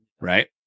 right